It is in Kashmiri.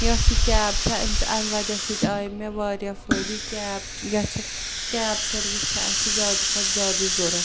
یۄس یہِ کیب چھےٚ امۍ امۍ وَجہ سۭتۍ آیہِ مےٚ واریاہ فٲیدٕ کیب گژھِ کیب سٔروِس چھِ اَسہِ زیادٕ کھۄتہٕ زیادٕ ضوٚرَتھ